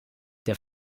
der